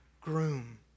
groom